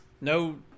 No